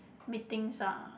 meetings ah